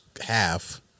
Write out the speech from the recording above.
half